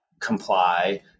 comply